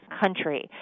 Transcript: country